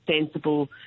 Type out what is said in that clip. sensible